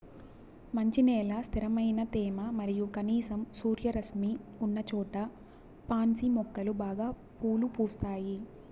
మంచి నేల, స్థిరమైన తేమ మరియు కనీసం సూర్యరశ్మి ఉన్నచోట పాన్సి మొక్కలు బాగా పూలు పూస్తాయి